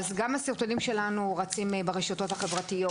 גם הסרטונים שלנו רצים ברשתות החברתיות.